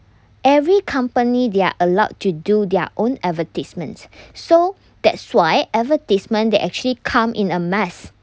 every company they're allowed to do their own advertisements so that's why advertisement they actually come in a mass